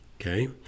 Okay